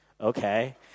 okay